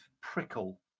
prickle